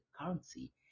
currency